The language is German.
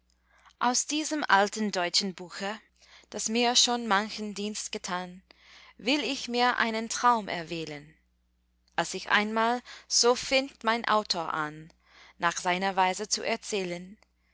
ans diesem alten deutschen buche das mir schon manchen dienst getan will ich mir einen traum erwählen als ich einmal so fängt mein autor an nach seiner weise zu erzählen